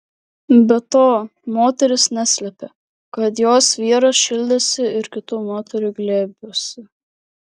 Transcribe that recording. be to moteris neslėpė kad jos vyras šildėsi ir kitų moterų glėbiuose